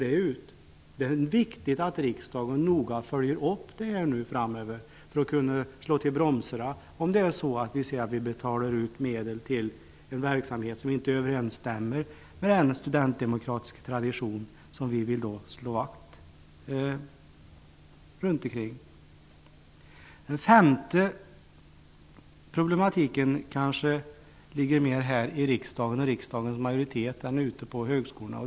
Det är viktigt att riksdagen noga följer upp det här framöver för att kunna slå till bromsarna, om vi ser att vi betalar ut medel till en verksamhet som inte överensstämmer med den studentdemokratiska tradition som vi vill slå vakt om. Det femte problemet ligger kanske mer här i riksdagen, i riksdagens majoritet, än ute på högskolorna.